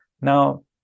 Now